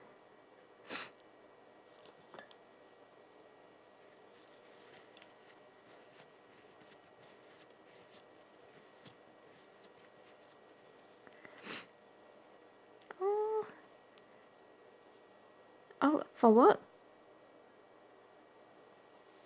oh for work